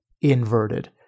inverted